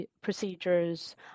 procedures